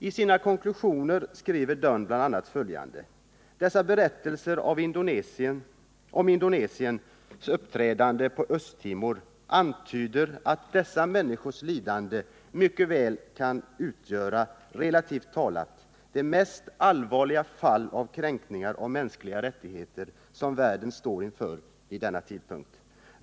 I sina konklusioner skriver Dunn bl.a. följande: ”Dessa berättelser om Indonesiens uppträdande på Östra Timor antyder att dessa människors lidanden mycket väl kan utgöra, relativt talat, det mest allvarliga fall av kränkning av mänskliga rättigheter som världen står inför vid denna tid.